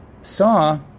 saw